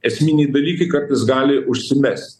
esminiai dalykai kartais gali užsimest